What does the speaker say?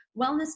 wellness